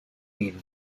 inn